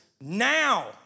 now